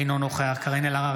אינו נוכח קארין אלהרר,